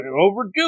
Overdue